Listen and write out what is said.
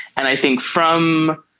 and i think from